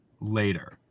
later